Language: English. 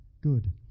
good